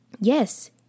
Yes